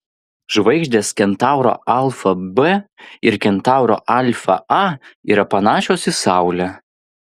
žvaigždės kentauro alfa b ir kentauro alfa a yra panašios į saulę